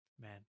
man